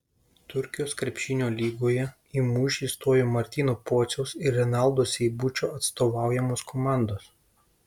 turkijos krepšinio lygoje į mūšį stojo martyno pociaus ir renaldo seibučio atstovaujamos komandos